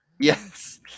yes